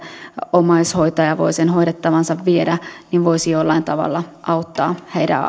omaishoitaja voi hoidettavansa viedä voisi jollain tavalla auttaa heidän